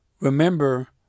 remember